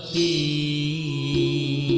e